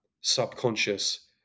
subconscious